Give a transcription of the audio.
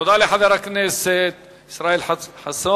תודה לחבר הכנסת ישראל חסון.